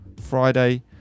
Friday